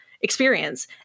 experience